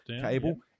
cable